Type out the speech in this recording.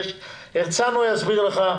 הרצנו יסביר לך,